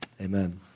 Amen